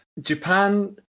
Japan